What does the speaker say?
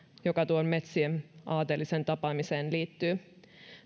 joka tuon metsien aatelisen tapaamiseen liittyy